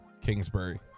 Kingsbury